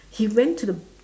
he went to the